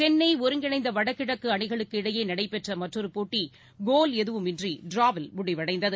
சென்னை ஒருங்கிணைந்த வடகிழக்கு அணிகளுக்கு இடையே நடைபெற்ற மற்றொரு போட்டி கோல் ஏதுமின்றி டிராவில் முடிவடைந்தது